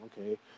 okay